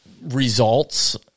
results